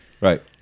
Right